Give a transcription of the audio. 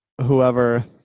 whoever